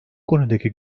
konudaki